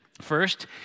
First